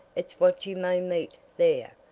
it's what you may meet there!